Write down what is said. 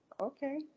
Okay